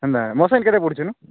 ହେନ୍ତା ମେଶିନ୍ କେତେ ପଡ଼ୁଚିନୁ